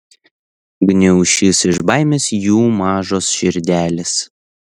gniaušis iš baimės jų mažos širdelės